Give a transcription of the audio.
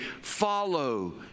follow